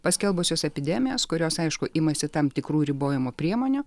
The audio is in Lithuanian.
paskelbusios epidemijas kurios aišku imasi tam tikrų ribojimo priemonių